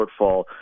shortfall